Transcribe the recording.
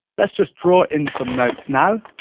let's just draw in some notes now,